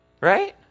right